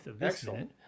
excellent